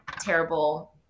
terrible